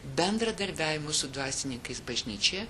bendradarbiavimui su dvasininkais bažnyčioje